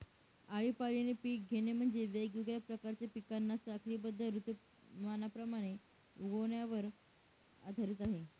आळीपाळीने पिक घेणे म्हणजे, वेगवेगळ्या प्रकारच्या पिकांना साखळीबद्ध ऋतुमानाप्रमाणे उगवण्यावर आधारित आहे